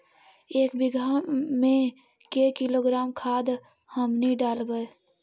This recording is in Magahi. एक बीघा मे के किलोग्राम खाद हमनि डालबाय?